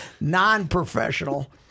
non-professional